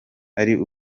ari